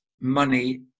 money